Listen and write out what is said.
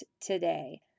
today